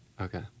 Okay